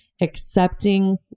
accepting